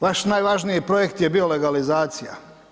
Vaš najvažniji projekt je bio legalizacija.